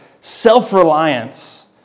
self-reliance